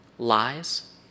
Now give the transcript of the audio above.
Lies